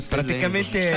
Praticamente